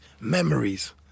memories